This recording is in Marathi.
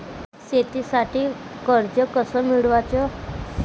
शेतीसाठी कर्ज कस मिळवाच?